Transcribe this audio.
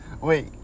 Wait